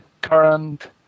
current